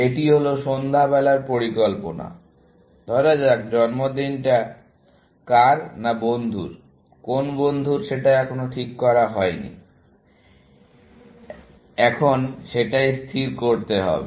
এটি হলো সন্ধ্যাবেলার পরিকল্পনা ধরা যাক জন্মদিনটা কার না বন্ধুর কোন বন্ধুর সেটা এখনও ঠিক করা হয়নি এটা কার সেটা স্থির করতে হবে